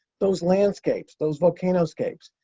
those landscapes, those volcano scapes.